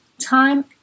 time